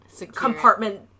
compartment